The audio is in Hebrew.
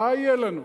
מה יהיה לנו?